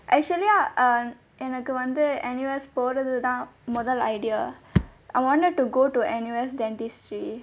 actually ah எனக்கு வந்து:enakku vanthu N_U_S போறது தான் மொதல்:porathu thaan mothal idea I wanted to go to N_U_S dentistry